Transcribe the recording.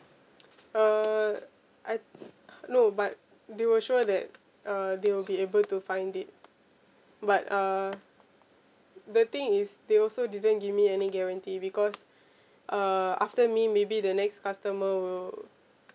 uh I no but they were sure that uh they will be able to find it but uh the thing is they also didn't give me any guarantee because uh after me maybe the next customer will